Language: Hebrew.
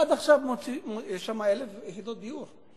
עד עכשיו יש שם 1,000 יחידות דיור,